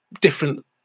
different